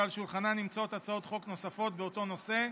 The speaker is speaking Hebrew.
שעל שולחנה נמצאות הצעות חוק נוספות באותו נושא.